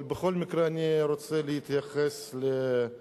אבל בכל מקרה, אני רוצה להתייחס לנושא.